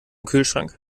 kühlschrank